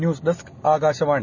news desk Akashvani